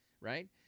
right